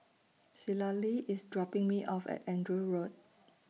Citlalli IS dropping Me off At Andrew Road